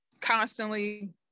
constantly